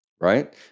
right